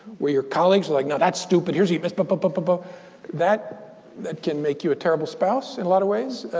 where your colleagues are like, no that's stupid here's what you missed. but but but but but that that can make you a terrible spouse, in a lot of ways.